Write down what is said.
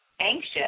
Anxious